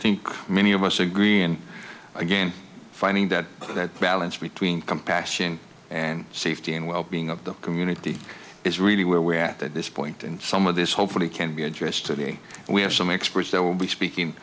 think many of us agree and again finding that balance between compassion and safety and well being of the community is really where we are at this point and some of this hopefully can be addressed to the we have some experts that will be speaking